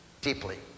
deeply